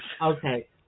Okay